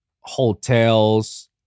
hotels